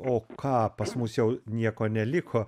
o ką pas mus jau nieko neliko